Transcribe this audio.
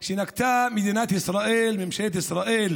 שנקטה מדינת ישראל, ממשלת ישראל,